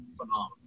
phenomenal